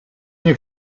nie